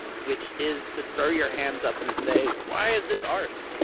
which is to throw your hands up and say, why is this art?